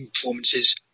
performances